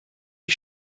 die